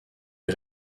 les